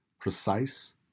precise